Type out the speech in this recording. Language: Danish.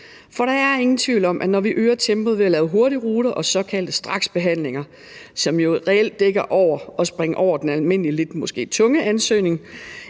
For der er ingen tvivl om, at når vi øger tempoet ved at lave hurtigruter og såkaldte straksbehandlinger, som jo reelt dækker over at springe over den almindelige og måske lidt tunge ansøgning,